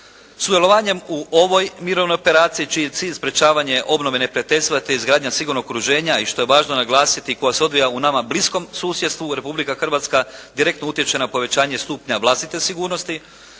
Sudjelovanjem u ovoj mirovnoj operaciji čiji je cilj sprječavanje obnove neprijateljstva te izgradnja sigurnog okruženja i što je važno naglasiti koja se odvija u nama bliskom susjedstvu Republika Hrvatska direktno utječe na povećanje stupnja vlastite sigurnosti